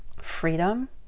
freedom